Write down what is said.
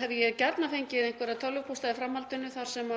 hef ég gjarnan fengið einhverja tölvupósta í framhaldinu þar sem